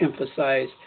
emphasize